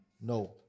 No